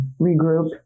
regroup